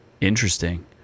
Interesting